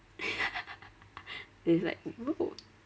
then it's like no